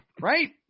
right